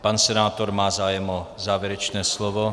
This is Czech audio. Pan senátor má zájem o závěrečné slovo.